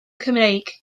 cymreig